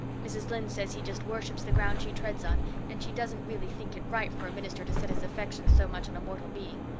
mrs. lynde says he just worships the ground she treads on and she doesn't really think it right for a minister to set his affections so much on a mortal being.